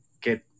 get